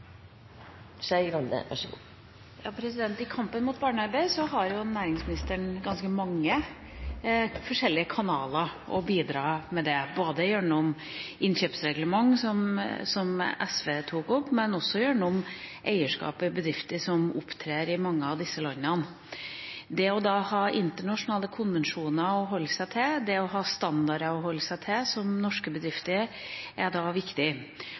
Skei Grande – til oppfølgingsspørsmål. Når det gjelder kampen mot barnearbeid, har næringsministeren ganske mange forskjellige kanaler for å bidra – både gjennom innkjøpsreglementet, som SV tok opp, og gjennom eierskapet i bedrifter som opptrer i mange av disse landene. Det å ha internasjonale konvensjoner å forholde seg til, det å ha standarder å forholde seg til, som norske bedrifter har, er viktig,